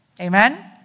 Amen